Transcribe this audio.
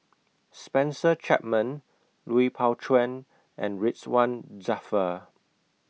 Spencer Chapman Lui Pao Chuen and Ridzwan Dzafir